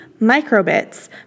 MicroBits